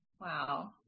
Wow